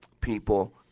people